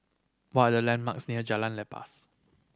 what are the landmarks near Jalan Lepas